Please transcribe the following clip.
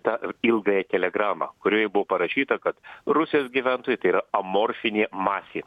tą ilgąją telegramą kurioje buvo parašyta kad rusijos gyventojų tai yra amorfinė masė